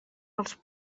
els